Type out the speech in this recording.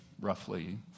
roughly